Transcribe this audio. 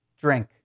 drink